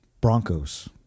Broncos